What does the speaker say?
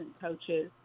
coaches